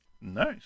Nice